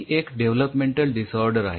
ही एक developmental disorder आहे